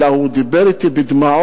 אלא הוא דיבר אתי בדמעות,